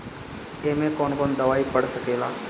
ए में कौन कौन दवाई पढ़ सके ला?